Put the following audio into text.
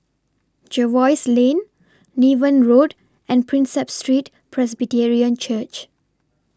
Jervois Lane Niven Road and Prinsep Street Presbyterian Church